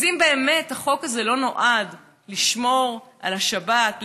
אז אם באמת החוק הזה לא נועד לשמור על השבת,